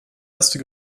erste